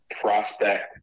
prospect